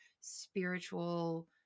spiritual